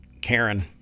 Karen